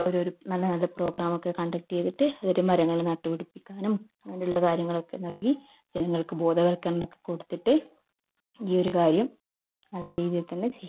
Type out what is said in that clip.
ഒരോരോ നല്ല നല്ല പ്രോഗ്രാം ഒക്കെ കണ്ടക്ട് ചെയ്തിട്ട് എന്നിട്ട് മരങ്ങൾ നട്ട് പിടിപ്പിക്കാനും അതിനുള്ള കാര്യങ്ങളൊക്കെ നൽകി ജനങ്ങൾക്ക് ബോധവത്കരണം ഒക്കെ കൊടുത്തിട്ട് ഈ ഒരു കാര്യം നല്ല രീതിയിൽ തന്നെ ചെയ്യുക